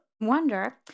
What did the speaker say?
wonder